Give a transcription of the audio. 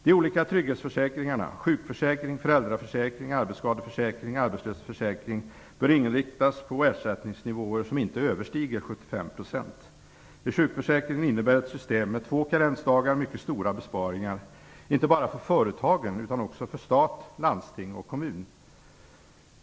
De olika trygghetsförsäkringarna - sjukförsäkring, föräldraförsäkring, arbetsskadeförsäkring, arbetslöshetsförsäkring - bör inriktas på ersättningsnivåer som inte överstiger 75 %. För sjukförsäkringen innebär ett system med två karensdagar mycket stora besparingar inte bara för företagen utan också för stat, landsting och kommun.